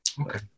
Okay